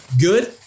good